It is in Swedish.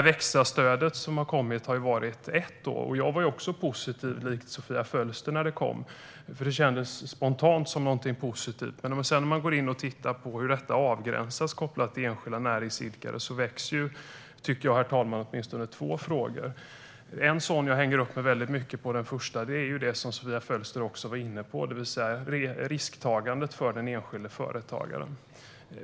Växa-stödet var ett sådant förslag, och precis som Sofia Fölster var jag också positiv när det kom. Spontant kändes det som något positivt, men när man sedan går in och tittar på hur det avgränsas och kopplas till enskilda näringsidkare väcks åtminstone två frågor. Den första frågan som jag hänger upp mig mycket på och som Sofia Fölster också var inne på handlar om risktagandet för den enskilde företagaren.